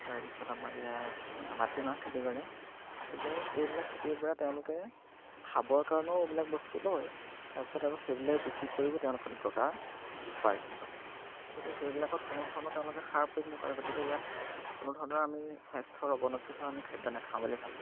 তাৰপিছত আমাৰ ইয়াত মাটিমাহ খেতি কৰে গতিকে এইবিলাক খেতিৰ পৰা তেওঁলোকে খাবৰ কাৰণেও এইবিলাক বস্তু লয় তাৰপিছত আৰু সেইবিলাক বিক্ৰী কৰিব তেওঁলোকৰ দুটকা উপাৰ্জন কৰে গতিকে সেইবিলাকত কোনো ধৰণৰ তেওঁলোকে সাৰ প্ৰয়োগ নকৰে গতিকে ইয়াত কোনো ধৰণৰ আমি স্বাস্থ্যৰ অৱনতি হোৱা আমি খাদ্য নাখাওঁ বুলি ভাবোঁ